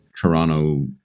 Toronto